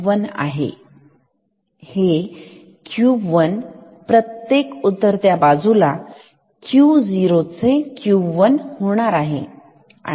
हे Q1 प्रत्येक उतरत्या बाजूला Q0 चे Q1 होणार आहे